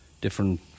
different